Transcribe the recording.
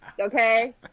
okay